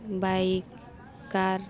bike ᱠᱟᱨ